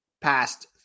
past